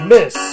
Miss